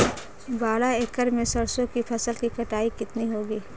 बारह एकड़ में सरसों की फसल की कटाई कितनी होगी?